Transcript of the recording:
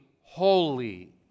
holy